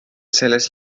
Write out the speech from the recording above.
selles